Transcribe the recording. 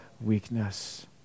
weakness